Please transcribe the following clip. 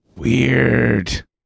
Weird